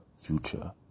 Future